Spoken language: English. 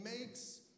makes